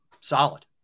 solid